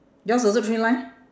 yours also three line